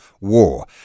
war